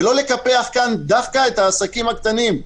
ולא לקפח כאן דווקא את העסקים הקטנים.